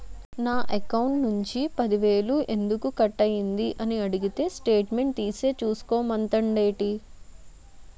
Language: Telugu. నా అకౌంట్ నుంచి పది వేలు ఎందుకు కట్ అయ్యింది అని అడిగితే స్టేట్మెంట్ తీసే చూసుకో మంతండేటి